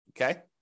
Okay